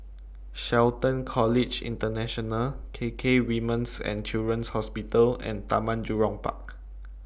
Shelton College International K K Women's and Children's Hospital and Taman Jurong Park